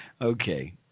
Okay